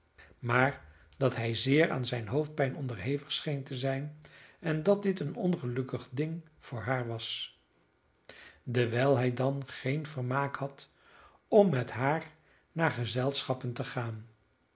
maar dat hij zeer aan hoofdpijn onderhevig scheen te zijn en dat dit een ongelukkig ding voor haar was dewijl hij dan geen vermaak had om met haar naar gezelschappen te gaan